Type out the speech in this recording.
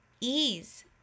ease